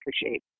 appreciate